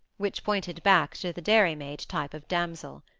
which pointed back to the dairymaid type of damsel.